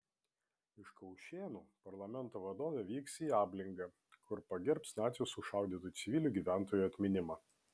iš kaušėnų parlamento vadovė vyks į ablingą kur pagerbs nacių sušaudytų civilių gyventojų atminimą